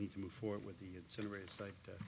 need to move forward with the